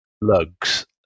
lugs